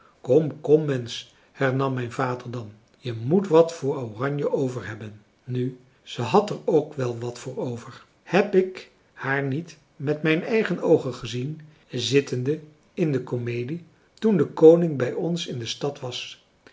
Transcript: kom kom mensch hernam mijn vader dan je moet wat voor oranje overhebben nu ze had er ook wel wat voor over heb ik haar niet met mijn eigen oogen gezien zittende in de komedie toen de koning bij ons in de stad was